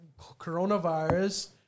coronavirus